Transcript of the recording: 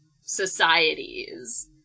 societies